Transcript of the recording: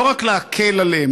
לא רק להקל עליהם,